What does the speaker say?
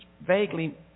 vaguely